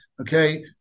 okay